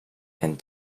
and